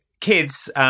kids